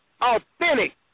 Authentic